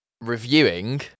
reviewing